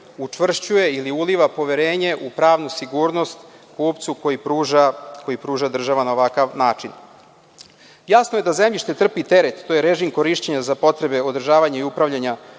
učvršćuje ili uliva poverenje u pravnu sigurnost kupcu koji pruža država na ovakav način. Jasno je da zemljište trpi teret, to je režim korišćenja za potrebe održavanja i upravljanja